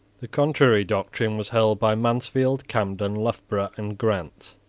the contrary doctrine was held by mansfield, camden, loughborough, and grant.